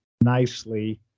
nicely